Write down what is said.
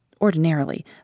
Ordinarily